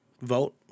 vote